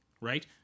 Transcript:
right